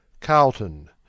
Carlton